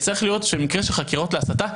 צריך לראות שמקרה של חקירות להסתה,